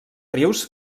rius